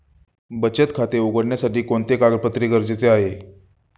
बचत खाते उघडण्यासाठी कोणते कागदपत्रे गरजेचे आहे?